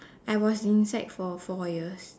I was inside for four years